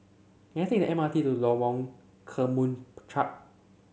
can I take the M R T to Lorong Kemunchup